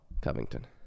Covington